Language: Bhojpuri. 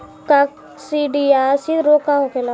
काकसिडियासित रोग का होखेला?